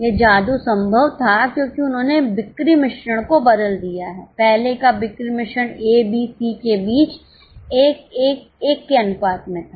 यह जादू संभव था क्योंकि उन्होंने बिक्री मिश्रण को बदल दिया है पहले का बिक्री मिश्रण ए बी सी के बीच एक एक एक के अनुपात में था